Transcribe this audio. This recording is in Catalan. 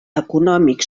econòmic